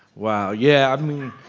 wow. yeah. i mean,